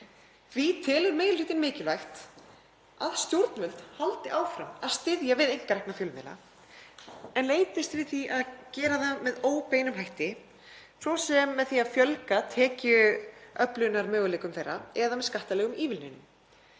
Því telur meiri hlutinn mikilvægt að stjórnvöld haldi áfram að styðja við einkarekna fjölmiðla, en leitist við að gera það með óbeinum hætti, svo sem með því að fjölga tekjuöflunarmöguleikum þeirra eða með skattalegum ívilnunum.